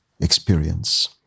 experience